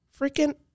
Freaking